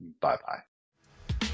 Bye-bye